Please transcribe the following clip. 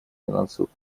финансовых